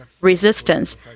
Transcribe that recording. resistance